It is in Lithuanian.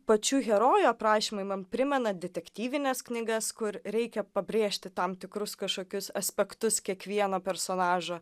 pačių herojų aprašymai man primena detektyvines knygas kur reikia pabrėžti tam tikrus kažkokius aspektus kiekvieno personažo